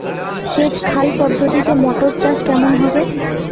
সেচ খাল পদ্ধতিতে মটর চাষ কেমন হবে?